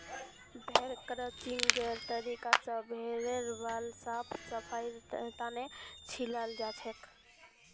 भेड़ क्रचिंगेर तरीका स भेड़ेर बाल साफ सफाईर तने छिलाल जाछेक